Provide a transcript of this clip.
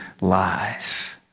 lies